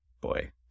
Boy